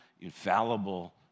infallible